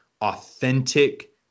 authentic